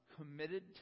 committed